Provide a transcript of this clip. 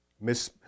Miss